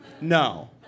No